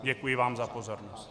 Děkuji vám za pozornost.